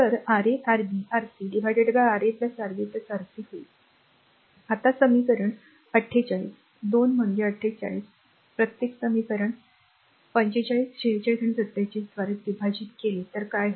Ra Rb Rc Ra Rb Rc होईल आता समीकरण 48 2 म्हणजे 48 म्हणजे प्रत्येक समीकरण 2 45 46 आणि 47 द्वारे विभाजित केले तर काय होईल